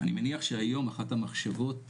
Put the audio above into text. אני מניח שהיום אחת המחשבות תהיה,